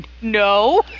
No